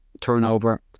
turnover